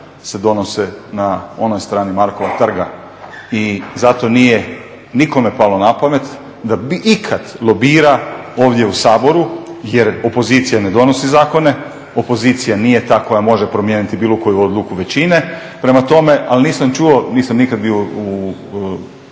se donose na onoj strani Markova trga. I zato nije nikome palo na pamet da bi ikad lobira ovdje u Saboru jer opozicija ne donosi zakone, opozicija nije ta koja može promijeniti bilo koju odluku većine. Nisam nikada bio